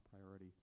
priority